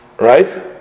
Right